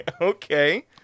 Okay